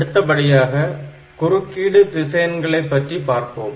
அடுத்தபடியாக குறுக்கீடு திசயன்களை பற்றி பார்ப்போம்